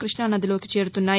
కృష్ణానదిలోకి చేరుతున్నాయి